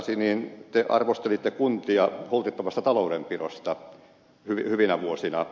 sasi te arvostelitte kuntia holtittomasta taloudenpidosta hyvinä vuosina